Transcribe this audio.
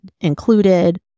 included